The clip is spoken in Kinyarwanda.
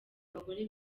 abagore